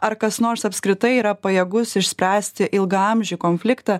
ar kas nors apskritai yra pajėgus išspręsti ilgaamžį konfliktą